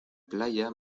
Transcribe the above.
playa